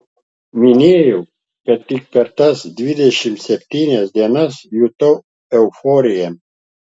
minėjau kad tik per tas dvidešimt septynias dienas jutau euforiją